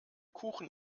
kuchen